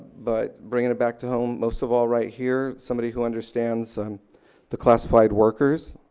but bringing it back to home, most of all right here. somebody who understands and the classified workers,